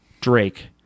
Drake